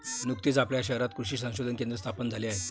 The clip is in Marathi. नुकतेच आपल्या शहरात कृषी संशोधन केंद्र स्थापन झाले आहे